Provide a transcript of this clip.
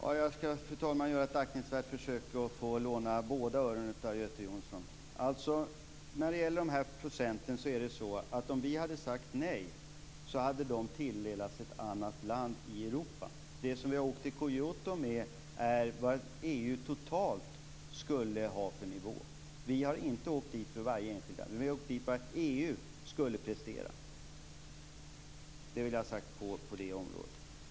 Fru talman! Jag skall göra ett allvarligt försök att låna Göte Jonssons båda öron. När det gäller de här procenten är det så att om vi hade sagt nej hade de tilldelats ett annat land i Europa. Det som vi åkte till Kyoto med var vad EU totalt skulle ha för nivå. Varje enskilt land har inte åkt dit. Vi har åkt dit med det EU skulle prestera. Det vill jag ha sagt på det området.